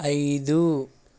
ఐదు